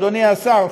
אדוני השר,